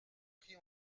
pris